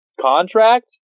contract